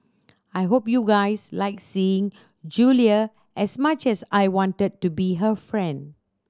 I hope you guys liked seeing Julia as much as I wanted to be her friend